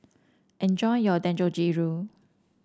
enjoy your Dangojiru